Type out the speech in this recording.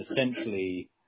essentially